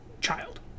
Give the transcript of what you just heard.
child